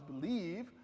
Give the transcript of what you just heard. believe